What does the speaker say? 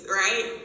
right